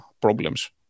problems